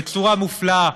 בצורה מופלאה.